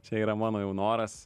čia yra mano jau noras